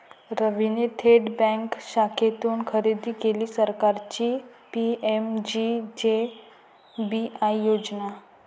रवीने थेट बँक शाखेतून खरेदी केली सरकारची पी.एम.जे.जे.बी.वाय योजना